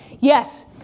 Yes